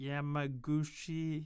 Yamaguchi